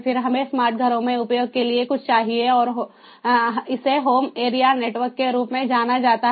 फिर हमें स्मार्ट घरों में उपयोग के लिए कुछ चाहिए और इसे होम एरिया नेटवर्क के रूप में जाना जाता है